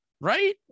Right